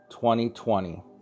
2020